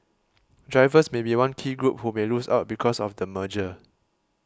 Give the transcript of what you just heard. drivers may be one key group who may lose out because of the merger